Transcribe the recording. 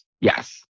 Yes